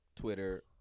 Twitter